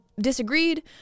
disagreed